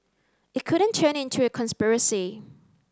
it couldn't turn into a conspiracy